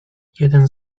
jeden